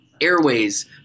airways